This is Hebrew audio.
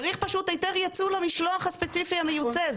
צריך פשוט היתר יצוא למשלוח הספציפי המיוצא.